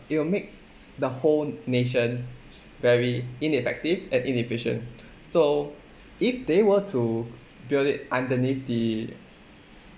it will make the whole nation very ineffective and inefficient so if they were to build it underneath the